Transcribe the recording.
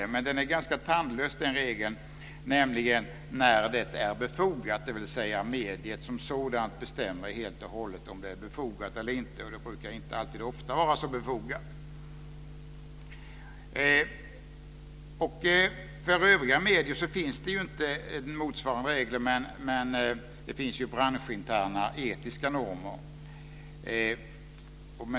Men den regeln är ganska tandlös, för den gäller nämligen "när det är befogat", dvs. mediet som sådant bestämmer helt och hållet om det är befogat eller inte. Det brukar inte alltid vara så befogat. För övriga medier finns inte motsvarande regler, men det finns branschinterna etiska normer.